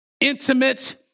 intimate